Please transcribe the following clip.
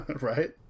Right